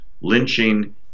lynching